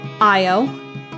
Io